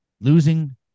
losing